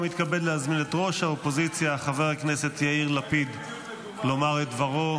ומתכבד להזמין את ראש האופוזיציה חבר הכנסת יאיר לפיד לומר את דברו.